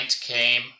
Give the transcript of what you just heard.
came